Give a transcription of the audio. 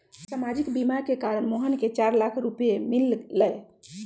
सामाजिक बीमा के कारण मोहन के चार लाख रूपए मिल लय